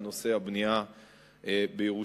על נושא הבנייה בירושלים.